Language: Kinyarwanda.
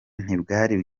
ntibwari